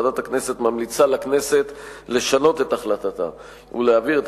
ועדת הכנסת ממליצה לכנסת לשנות את החלטתה ולהעביר את